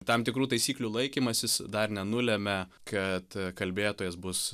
tam tikrų taisyklių laikymasis dar nenulemia kad kalbėtojas bus